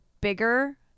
bigger